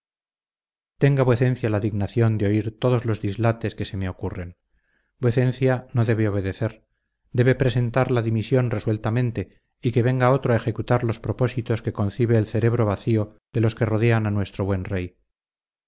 tenga vuecencia la dignación de oír todos los dislates que se me ocurren vuecencia no debe obedecer debe presentar la dimisión resueltamente y que venga otro a ejecutar los propósitos que concibe el cerebro vacío de los que rodean a nuestro buen rey